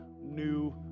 new